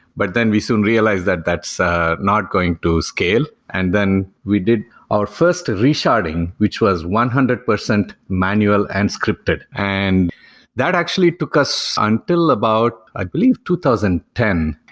but then we soon realized that that's ah not going to scale. and then we did our first resharding, which was one hundred percent manual and scripted and that actually took us until about i believe two thousand and ten.